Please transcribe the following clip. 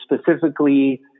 specifically